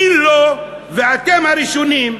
מי לא, ואתם הראשונים: